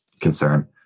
concern